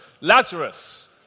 Lazarus